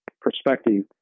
perspective